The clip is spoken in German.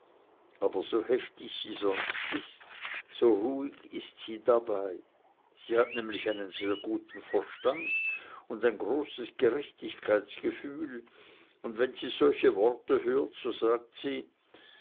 aber so heftig sie sonst ist so ruhig ist sie dabei sie hat nämlich einen sehr guten verstand und ein großes gerechtigkeitsgefühl und wenn sie solche worte hört so sagt sie